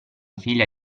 figlia